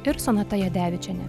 ir sonata jadevičienė